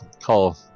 call